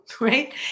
right